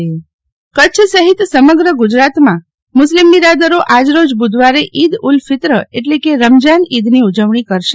શિતલ વૈશ્નવ ઈદ ઉલ ફિત્ર કચ્છ સહિત સમગ્ર ગુજરાતમાં મુસ્લિમ બિરાદરો આજરોજ બુધવારે ઈદ ઉલ ફિત્ર એટલે કે રમઝાન ઈદની ઉજવણી કરાશે